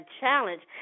challenge